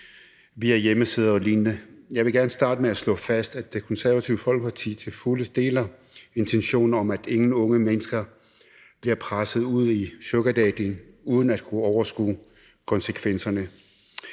via hjemmesider og lignende. Jeg vil gerne starte med at slå fast, at Det Konservative Folkeparti til fulde deler intentionen om, at ingen unge mennesker bliver presset ud i sugardating uden at kunne overskue konsekvenserne.